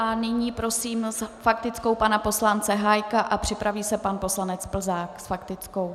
Nyní prosím s faktickou pana poslance Hájka a připraví se pan poslanec Plzák s faktickou.